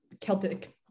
Celtic